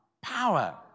power